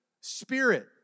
spirit